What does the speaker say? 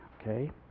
Okay